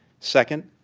second,